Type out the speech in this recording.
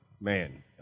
man